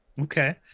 Okay